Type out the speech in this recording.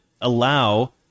allow